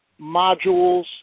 modules